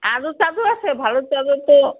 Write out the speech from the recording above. আরও চাদর আছে ভালো চাদর তো